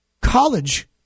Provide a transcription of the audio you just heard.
college